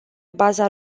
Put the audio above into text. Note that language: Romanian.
baza